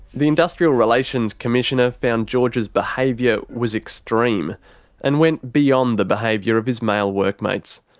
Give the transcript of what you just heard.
the industrial relations commissioner found george's behaviour was extreme and went beyond the behaviour of his male workmates.